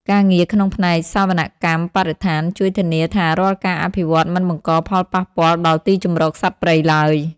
ការងារក្នុងផ្នែកសវនកម្មបរិស្ថាន ជួយធានាថារាល់ការអភិវឌ្ឍន៍មិនបង្កផលប៉ះពាល់ដល់ទីជម្រកសត្វព្រៃឡើយ។